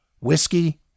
whiskey